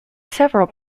several